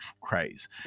craze